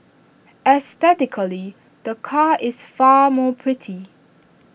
aesthetically the car is far more pretty